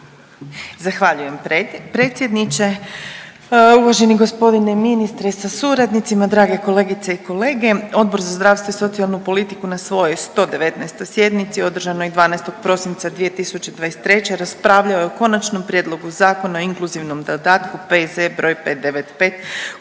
Zahvaljujem predsjedniče. Uvaženi g. ministre sa suradnicima, drage kolegice i kolege. Odbor za zdravstvo i socijalnu politiku na svojoj 119. sjednici održanoj 12. prosinca 2023. raspravljao je o Konačnom prijedlogu Zakona o inkluzivnom dodatku P.Z. br. 595.